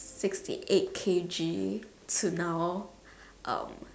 sixty eight K_G to now um